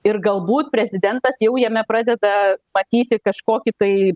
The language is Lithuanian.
ir galbūt prezidentas jau jame pradeda matyti kažkokį tai